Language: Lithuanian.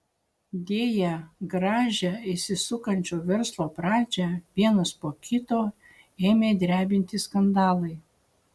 deja gražią įsisukančio verslo pradžią vienas po kito ėmė drebinti skandalai